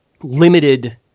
limited